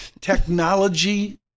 Technology